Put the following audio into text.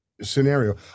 scenario